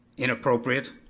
inappropriate,